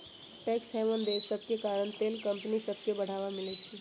tax haven देश सभके कारण तेल कंपनि सभके बढ़वा मिलइ छै